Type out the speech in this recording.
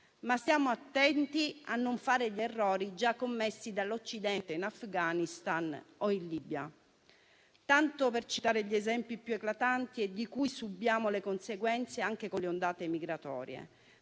Stiamo attenti a non fare gli errori già commessi dall'Occidente in Afghanistan o in Libia, tanto per citare gli esempi più eclatanti e di cui subiamo le conseguenze, anche con le ondate migratorie.